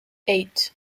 eight